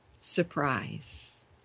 surprise